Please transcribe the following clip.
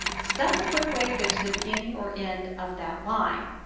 so that's a quick way to go to the beginning or end of that line.